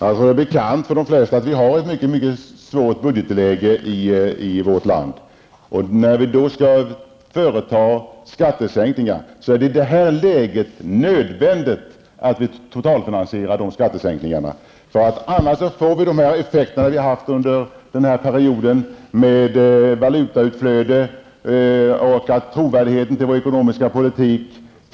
Herr talman! För de flesta är det nog bekant att budgetläget i vårt land är mycket svårt. I nuvarande situation är det därför nödvändigt att de skattesänkningar som skall göras är totalfinansierade, för annars får vi samma effekter som tidigare under den här perioden. Jag tänker då på valutautflödet. Dessutom försämras trovärdigheten beträffande vår ekonomiska politik.